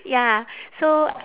ya so